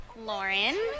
Lauren